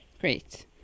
Great